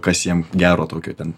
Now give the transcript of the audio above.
kas jiems gero tokio ten